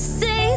say